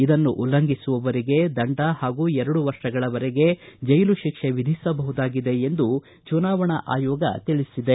ಇದನ್ನು ಉಲ್ಲಂಘಿಸುವವರಿಗೆ ದಂಡ ಹಾಗೂ ಎರಡು ವರ್ಷಗಳವರೆಗೆ ಜೈಲು ಶಿಕ್ಷೆ ವಿಧಿಸಬಹುದಾಗಿದೆ ಎಂದು ಚುನಾವಣಾ ಆಯೋಗ ತಿಳಿಸಿದೆ